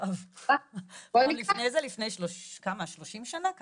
לפני איזה שלושים שנה?